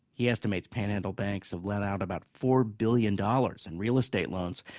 he estimates panhandle banks have lent out about four billion dollars in real estate loans.